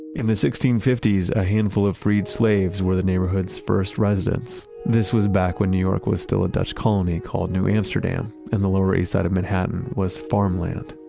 in the sixteen fifty s, a handful of freed slaves were the neighborhood's first residents. this was back when new york was still a dutch colony called new amsterdam, and the lower east side of manhattan was farmland.